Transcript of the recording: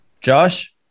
Josh